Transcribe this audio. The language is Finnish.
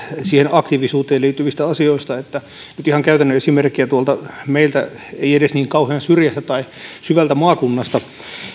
siihen aktiivisuuteen liittyvistä asioista ihan käytännön esimerkkinä tuolta meiltä ei edes niin kauhean syrjästä tai syvältä maakunnasta